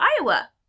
Iowa